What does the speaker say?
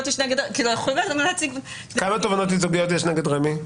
יש נגד --- כמה תובענות ייצוגיות יש נגד רמ"י?